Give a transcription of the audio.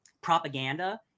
propaganda